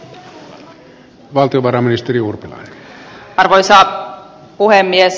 arvoisa puhemies